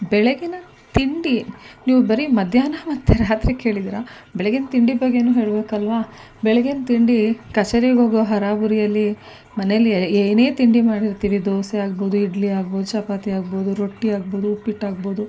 ಬೆಳಗ್ಗಿನ ತಿಂಡಿ ನೀವು ಬರೀ ಮಧ್ಯಾಹ್ನ ಮತ್ತು ರಾತ್ರಿ ಕೇಳಿದ್ದೀರಾ ಬೆಳಗ್ಗಿನ ತಿಂಡಿ ಬಗ್ಗೆಯೂ ಹೇಳಬೇಕಲ್ವ ಬೆಳಗ್ಗಿನ ತಿಂಡಿ ಕಚೇರಿಗೋಗೋ ಹರಾಬುರಿಯಲ್ಲಿ ಮನೆಯಲ್ಲಿ ಏನೇ ತಿಂಡಿ ಮಾಡಿರ್ತೀವಿ ದೋಸೆ ಆಗ್ಬೋದು ಇಡ್ಲಿ ಆಗ್ಬೋದು ಚಪಾತಿ ಆಗ್ಬೋದು ರೊಟ್ಟಿ ಆಗ್ಬೋದು ಉಪ್ಪಿಟ್ಟು ಆಗ್ಬೋದು